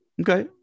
okay